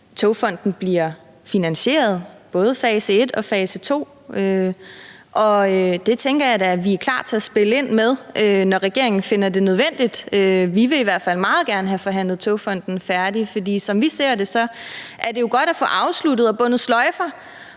Togfonden DK bliver finansieret, både fase 1 og fase 2, og det tænker jeg da at vi er klar til at spille ind med, når regeringen finder det nødvendigt. Vi vil i hvert fald meget gerne have forhandlet Togfonden DK færdig. For som vi ser det, er det jo godt at få afsluttet og bundet sløjfer